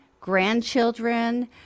grandchildren